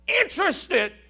interested